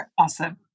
Awesome